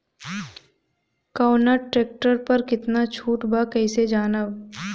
कवना ट्रेक्टर पर कितना छूट बा कैसे जानब?